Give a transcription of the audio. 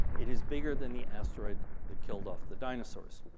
it is bigger than the asteroid that killed off the dinosaurs.